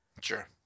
Sure